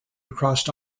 across